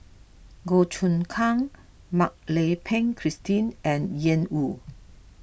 Goh Choon Kang Mak Lai Peng Christine and Ian Woo